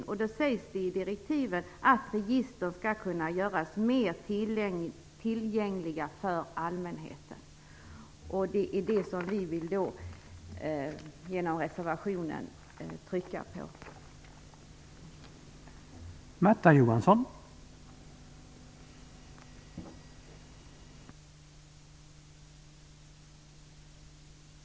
I direktiven sägs det att registren skall kunna göras mer tillgängliga för allmänheten. Genom reservationen vill vi trycka på det.